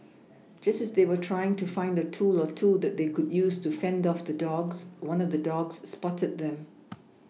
just as they were trying to find a tool or two that they could use to fend off the dogs one of the dogs spotted them